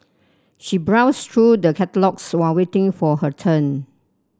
she browsed through the catalogues while waiting for her turn